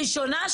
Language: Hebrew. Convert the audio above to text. ראשונה,